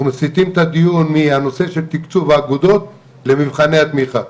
אנחנו מסיטים את הדיון מהנושא של תיקצוב האגודות למבחני התמיכה.